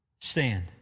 stand